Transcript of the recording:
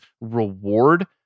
reward